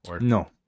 No